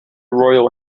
royal